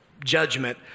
judgment